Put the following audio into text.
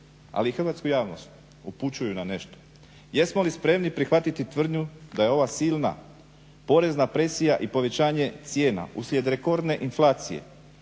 ali i hrvatsku javnost, upućuju na nešto? Jesmo li spremni prihvatiti tvrdnju da je ova silna porezna presija i povećanje cijena uslijed rekordne inflacije,